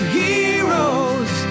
heroes